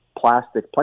plastic